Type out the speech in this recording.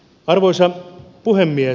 arvoisa puhemies